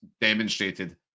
demonstrated